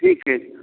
ठीक ठीक